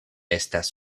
estas